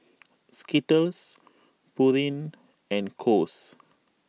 Skittles Pureen and Kose